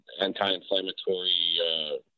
anti-inflammatory